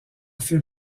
phil